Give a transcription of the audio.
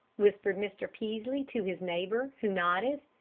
whispered mr. peaslee to his neighbor, who nodded.